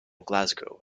glasgow